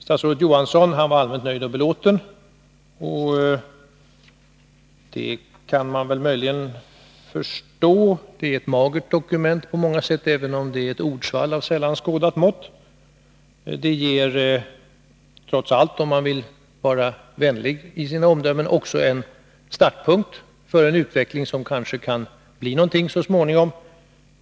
Statsrådet Johansson var allmänt nöjd och belåten, och det kan man möjligen förstå. På många sätt rör det sig om ett magert dokument, även om det är ett ordsvall av sällan skådat slag. Vill man vara vänlig i sina omdömen, ger det trots allt en startpunkt för en utveckling som kanske kan bli någonting så småningom.